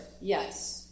yes